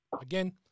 again